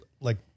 like-